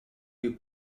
più